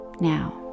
now